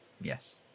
Yes